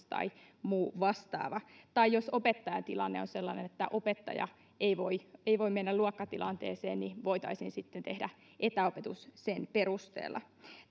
tai muu vastaava tai jos opettajan tilanne on sellainen että opettaja ei voi ei voi mennä luokkatilanteeseen niin voitaisiin sitten tehdä etäopetus sen perusteella